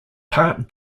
part